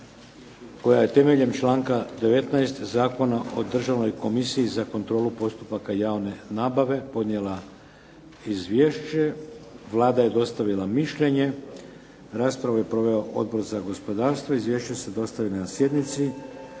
koja je temeljem članka 19. Zakona o Državnoj komisiji za kontrolu postupaka javne nabave podnijela izvješće. Vlada je dostavila mišljenje. Raspravu je proveo Odbor za gospodarstvo. Izvješća ste dostavili na sjednici.